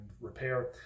repair